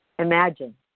Imagine